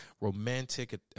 romantic